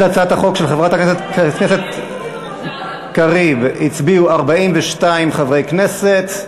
בעד הצעת החוק של חברת הכנסת קריב הצביעו 42 חברי כנסת,